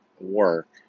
work